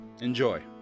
Enjoy